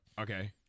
Okay